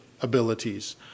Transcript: abilities